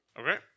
Okay